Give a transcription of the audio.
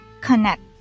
connect